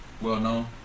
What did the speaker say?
well-known